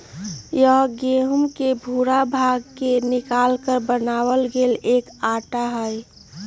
यह गेहूं के भूरा भाग के निकालकर बनावल गैल एक आटा हई